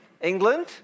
England